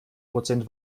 prozent